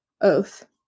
oath